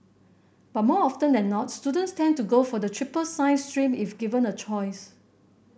but more often than not students tend to go for the triple science stream if given a choice